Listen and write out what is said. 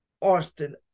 Austin